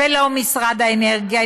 ולא משרד האנרגיה,